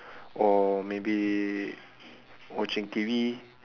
or maybe watching T_V